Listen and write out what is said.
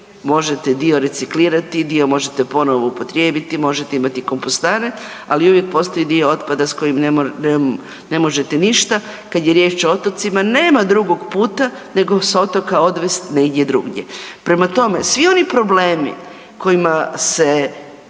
možete dio reciklirati, dio možete ponovo upotrijebiti, možete imati kompostane, ali uvijek postoji dio otpada s kojim ne možete ništa. Kad je riječ o otocima nema drugog puta nego s otoka odvest negdje drugdje. Prema tome, svi oni problemi kojima se